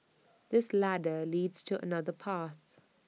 this ladder leads to another path